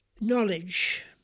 knowledge